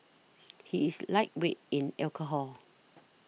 he is lightweight in alcohol